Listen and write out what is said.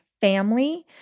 family